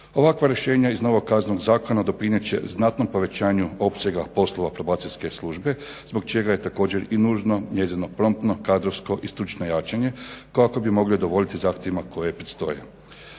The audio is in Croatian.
Ovakva rješenja iz novog Kaznenog zakona doprinijet će znatnom povećanju opsega poslova probacijske službe zbog čega je također i nužno njezino promptno, kadrovsko i stručno jačanje kako bi mogli udovoljiti zahtjevima koji predstoje.